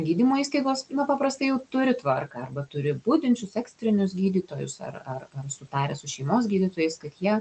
gydymo įstaigos na paprastai jau turi tvarką arba turi budinčius ekstrinius gydytojus ar ar sutarę su šeimos gydytojais kad jie